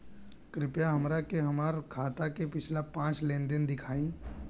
कृपया हमरा के हमार खाता के पिछला पांच लेनदेन देखाईं